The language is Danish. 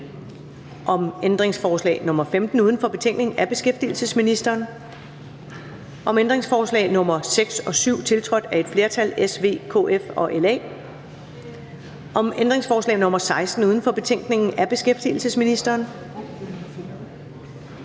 om ændringsforslag nr. 16 uden for betænkningen af beskæftigelsesministeren (Peter Hummelgaard), om ændringsforslag nr. 8, tiltrådt af et flertal (S, V, KF og LA), om ændringsforslag nr. 17 uden for betænkningen af beskæftigelsesministeren